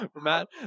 Matt